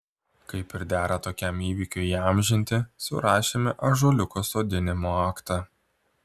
kaip ir dera tokiam įvykiui įamžinti surašėme ąžuoliuko sodinimo aktą